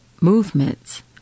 movements